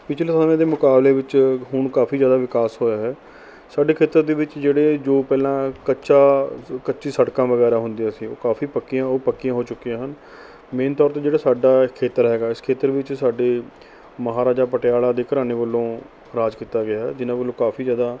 ਪਿਛਲੇ ਸਮੇਂ ਦੇ ਮੁਕਾਬਲੇ ਵਿੱਚ ਹੁਣ ਕਾਫੀ ਜ਼ਿਆਦਾ ਵਿਕਾਸ ਹੋਇਆ ਹੈ ਸਾਡੇ ਖੇਤਰ ਦੇ ਵਿੱਚ ਜਿਹੜੇ ਜੋ ਪਹਿਲਾਂ ਕੱਚਾ ਕੱਚੀ ਸੜਕਾਂ ਵਗੈਰਾ ਹੁੰਦੀਆਂ ਸੀ ਉਹ ਕਾਫੀ ਪੱਕੀਆਂ ਉਹ ਪੱਕੀਆਂ ਹੋ ਚੁੱਕੀਆਂ ਹਨ ਮੇਨ ਤੌਰ 'ਤੇ ਜਿਹੜਾ ਸਾਡਾ ਇਹ ਖੇਤਰ ਹੈ ਇਸ ਖੇਤਰ ਵਿੱਚ ਸਾਡੇ ਮਹਾਰਾਜਾ ਪਟਿਆਲਾ ਦੇ ਘਰਾਨੇ ਵੱਲੋਂ ਰਾਜ ਕੀਤਾ ਗਿਆ ਜਿਹਨਾਂ ਵੱਲੋਂ ਕਾਫੀ ਜ਼ਿਆਦਾ